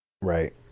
right